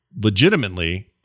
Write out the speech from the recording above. legitimately